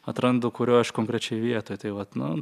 atrandu kurioj aš konkrečiai vietoj tai vat nu